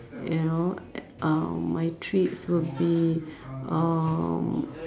you know uh my treats will be um